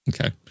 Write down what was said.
Okay